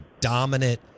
dominant